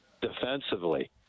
defensively